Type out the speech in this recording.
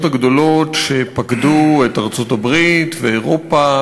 הגדולות שפקדו את ארצות-הברית ואירופה,